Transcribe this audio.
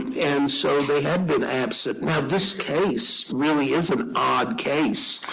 and so they had been absent. now, this case really is an odd case.